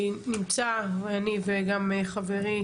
שנמצא, אני וגם חברי